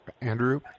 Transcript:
Andrew